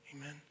amen